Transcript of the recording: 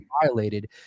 Violated